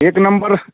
एक नम्बर